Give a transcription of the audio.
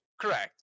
Correct